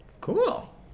Cool